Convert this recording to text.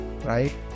Right